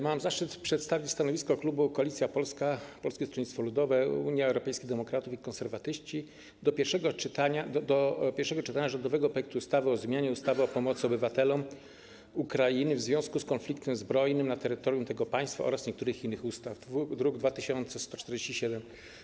Mam zaszczyt przedstawić stanowisko klubu Koalicja Polska - Polskie Stronnictwo Ludowe, Unia Europejskich Demokratów, Konserwatyści w czasie pierwszego czytania w sprawie rządowego projektu ustawy o zmianie ustawy o pomocy obywatelom Ukrainy w związku z konfliktem zbrojnym na terytorium tego państwa oraz niektórych innych ustaw, druk nr 2147.